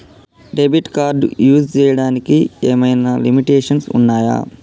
Debit card use చేయడానికి ఏమైనా limitations ఉన్నాయా?